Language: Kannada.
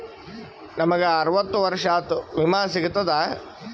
ನಮ್ ಗ ಅರವತ್ತ ವರ್ಷಾತು ವಿಮಾ ಸಿಗ್ತದಾ?